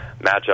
matchup